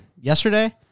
yesterday